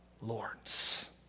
Lords